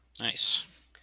Nice